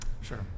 sure